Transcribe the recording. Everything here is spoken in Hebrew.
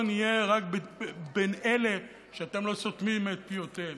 יהיה רק בין אלה שאתם לא סותמים את פיותיהם.